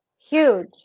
huge